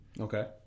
Okay